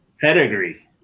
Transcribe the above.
Pedigree